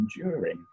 enduring